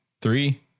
Three